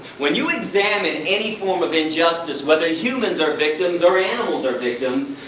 when you examine any form of injustice, whether humans are victims or animals are victims,